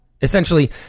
essentially